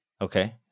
Okay